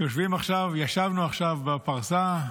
ישבנו עכשיו בפרסה,